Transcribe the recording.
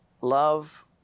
Love